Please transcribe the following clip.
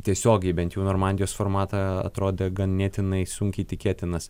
tiesiogiai bent jau į normandijos formatą atrodė ganėtinai sunkiai tikėtinas